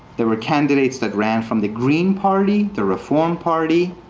there were candidates that ran from the green party, the reform party.